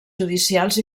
judicials